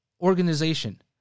organization